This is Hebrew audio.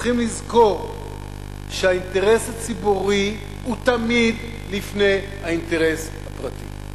צריכים לזכור שהאינטרס הציבורי הוא תמיד לפני האינטרס הפרטי,